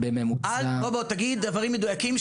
תגיד דברים מדויקים,